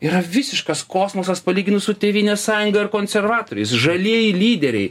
yra visiškas kosmosas palyginus su tėvynės sąjunga ir konservatoriais žalieji lyderiai